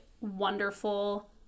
wonderful